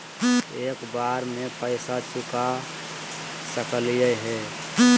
एक बार में पैसा चुका सकालिए है?